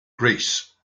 greece